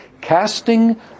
Casting